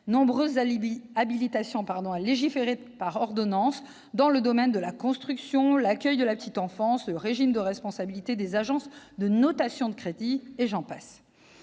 nombreuses habilitations à légiférer par ordonnance dans le domaine de la construction, accueil de la petite enfance, régime de responsabilité des agences de notation de crédit, et j'en passe.